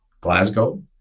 Glasgow